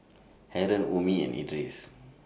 Haron Ummi and Idris